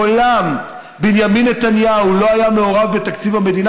מעולם בנימין נתניהו לא היה מעורב בתקציב המדינה,